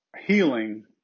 healing